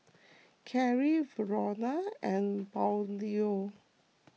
Karrie Verona and Braulio